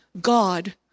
God